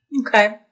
Okay